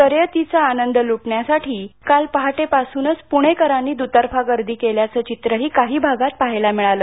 शर्यतीचा आनंद लुटण्यासाठी काल पहाटेपासुनच पुणेकरांनी दुतर्फा गर्दी केल्याचं चित्रही काही भागात पहायला मिळालं